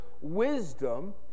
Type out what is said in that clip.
wisdom